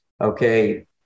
okay